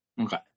Okay